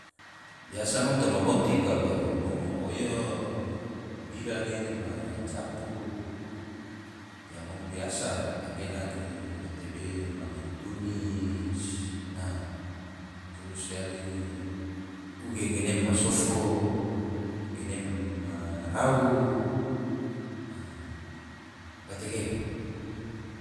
Biasa ngom toma moti kalongom mo oyo bira ge ma japu yang ngom biasa anggena ge gatebe magi tuni, turus yali uge ganem ma sofo, ganem ma rau. gatege